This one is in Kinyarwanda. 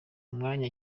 umwanya